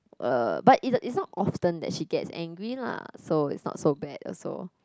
uh but it it's not often that she gets angry lah so is not so bad also